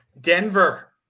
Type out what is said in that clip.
Denver